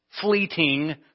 fleeting